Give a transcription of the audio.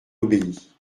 obéit